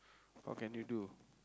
what can you do